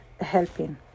helping